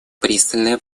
пристальное